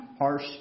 harsh